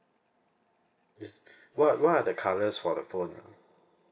this what what are the colours for the phone ah